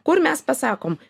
kur mes pasakom